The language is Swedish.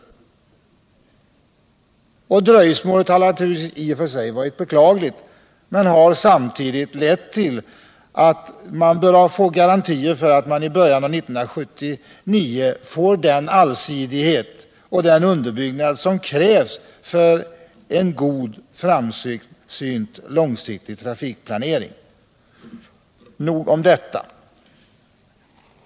Dröjsmålet har i och för sig varit beklagligt, men det bör samtidigt leda till garantier för att vi i början av 1979 får den allsidighet och underbyggnad som krävs för en god, framsynt och långsiktig trafikplanering. — Men nog om detta.